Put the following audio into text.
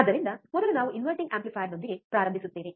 ಆದ್ದರಿಂದ ಮೊದಲು ನಾವು ಇನ್ವರ್ಟಿಂಗ್ ಆಂಪ್ಲಿಫೈಯರ್ನೊಂದಿಗೆ ಪ್ರಾರಂಭಿಸುತ್ತೇವೆ